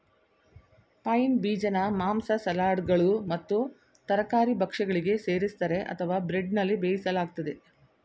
pine ಬೀಜನ ಮಾಂಸ ಸಲಾಡ್ಗಳು ಮತ್ತು ತರಕಾರಿ ಭಕ್ಷ್ಯಗಳಿಗೆ ಸೇರಿಸ್ತರೆ ಅಥವಾ ಬ್ರೆಡ್ನಲ್ಲಿ ಬೇಯಿಸಲಾಗ್ತದೆ